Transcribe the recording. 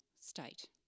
state